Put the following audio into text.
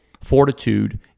fortitude